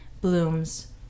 blooms